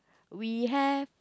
we have